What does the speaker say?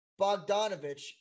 Bogdanovich